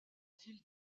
ville